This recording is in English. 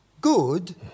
good